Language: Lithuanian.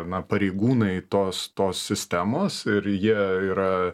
na pareigūnai tos tos sistemos ir jie yra